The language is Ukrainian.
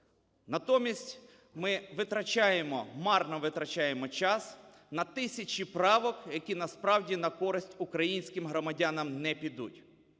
Натомість ми витрачаємо, марно витрачаємо час на тисячі правок, які, насправді, на користь українським громадянам не підуть.